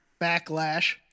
Backlash